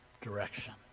direction